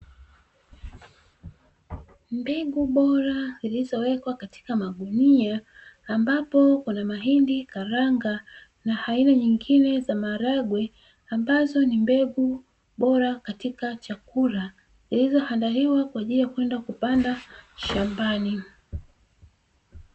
Mbegu bora zilizowekwa katika magunia ambapo kuna mahindi, karanga na aina nyingine za maharagwe, ambazo ni mbegu bora katika chakula zilizoandaliwa kwa ajili ya kwenda kupandwa shambani.